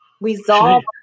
resolve